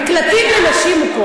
מקלטים לנשים מוכות.